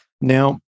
Now